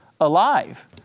alive